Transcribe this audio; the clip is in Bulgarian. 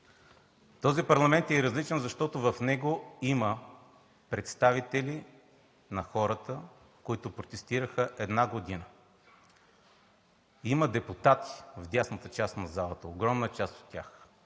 Този парламент е различен, защото в него има и представители на хората, които протестираха една година. Има депутати в дясната част на залата, огромна част от тях,